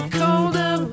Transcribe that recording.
colder